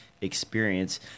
experience